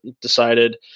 decided